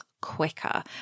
quicker